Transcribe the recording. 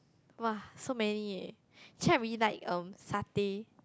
[wah] so many eh actually I really like um satay